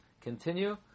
continue